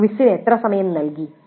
ക്വിസിന് എത്ര സമയം നൽകി